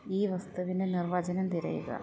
ഈ വസ്തുവിൻ്റെ നിർവചനം തിരയുക